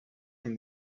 from